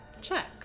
check